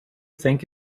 think